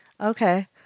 Okay